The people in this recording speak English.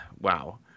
Wow